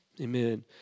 Amen